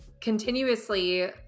continuously